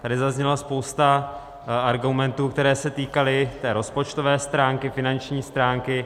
Tady zazněla spousta argumentů, které se týkaly té rozpočtové stránky, finanční stránky.